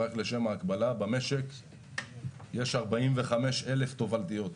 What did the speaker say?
רק לשם ההקבלה, במשק יש 45,000 תובלתיות.